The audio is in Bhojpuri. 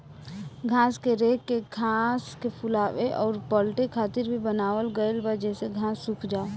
घास के रेक के घास के फुलावे अउर पलटे खातिर भी बनावल गईल बा जेसे घास सुख जाओ